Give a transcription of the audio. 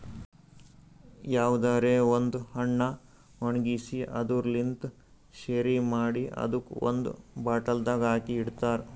ಯಾವುದರೆ ಒಂದ್ ಹಣ್ಣ ಒಣ್ಗಿಸಿ ಅದುರ್ ಲಿಂತ್ ಶೆರಿ ಮಾಡಿ ಅದುಕ್ ಒಂದ್ ಬಾಟಲ್ದಾಗ್ ಹಾಕಿ ಇಡ್ತಾರ್